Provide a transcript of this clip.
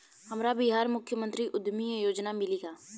हमरा बिहार मुख्यमंत्री उद्यमी योजना मिली का?